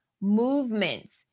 movements